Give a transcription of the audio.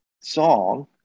song